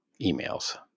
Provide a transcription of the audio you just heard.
emails